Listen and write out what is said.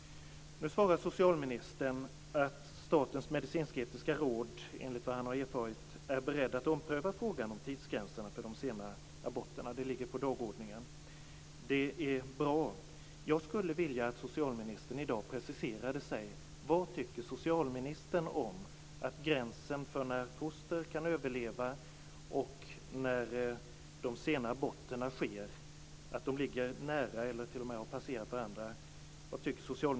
Nu svarar socialministern att Statens medicinsketiska råd enligt vad han har erfarit är berett att ompröva frågan om tidsgränserna för de sena aborterna. Det ligger på dagordningen. Det är bra. Jag skulle vilja att socialministern i dag preciserade sig: Vad tycker socialministern om att gränserna för när foster kan överleva och när de sena aborterna sker ligger nära varandra, t.o.m. har passerat varandra?